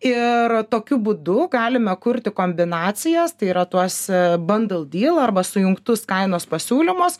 ir tokiu būdu galime kurti kombinacijas tai yra tuos bandal dyl arba sujungtus kainos pasiūlymus